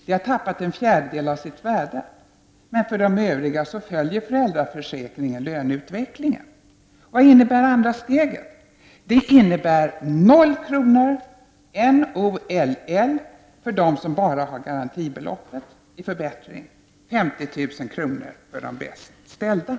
Det har tappat en fjärdedel av sitt värde, men för de övriga följer föräldraförsäkringen löneutvecklingen. Vad innebär andra steget? Jo, det innebär noll kronor — N, O, L, L, —- i förbättring för dem som bara har garantibeloppet, 50 000 kr. för de bäst ställda.